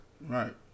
Right